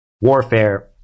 warfare